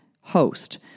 host